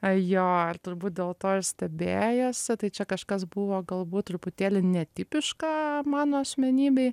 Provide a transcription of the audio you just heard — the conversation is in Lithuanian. jo ir turbūt dėl to ir stebėjosi tai čia kažkas buvo galbūt truputėlį netipiška mano asmenybei